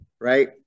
right